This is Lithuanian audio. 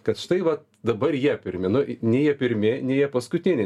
kad štai va dabar jie pirmi nu nei jie pirmi nei paskutiniai